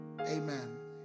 Amen